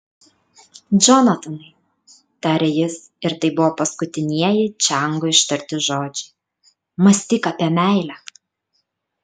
džonatanai tarė jis ir tai buvo paskutinieji čiango ištarti žodžiai mąstyk apie meilę